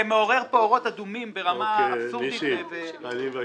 זה מעורר פה אורות אדומים ברמה אבסורדית ושערורייתית.